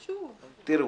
תראו,